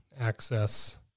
access